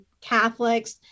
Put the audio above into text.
Catholics